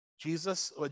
Jesus